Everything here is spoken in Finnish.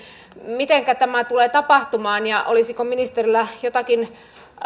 mitenkä tämä tulee tapahtumaan ja olisiko ministerillä jotakin